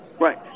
Right